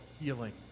healing